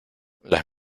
las